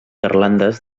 garlandes